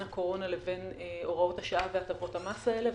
הקורונה לבין הוראות השעה והטבות המס האלה,